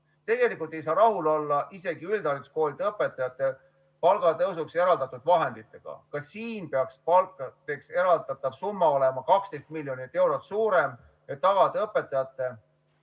Tegelikult ei saa olla rahul isegi üldhariduskoolide õpetajate palga tõusuks eraldatud vahenditega. Ka siin peaks palkadeks eraldatav summa olema 12 miljonit eurot suurem, et tagada õpetajatele